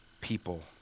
people